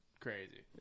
crazy